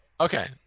Okay